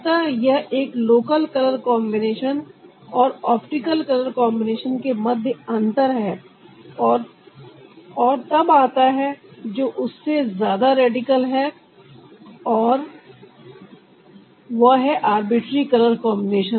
अतः यह एक लोकल कलर कॉन्बिनेशन और ऑप्टिकल कलर कॉन्बिनेशन के मध्य अंतर है और तब आता है जो उससे ज्यादा रेडिकल है और वह है आर्बिट्री कलर कॉन्बिनेशन